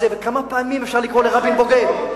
וכמה פעמים אפשר לקרוא לרבין בוגד?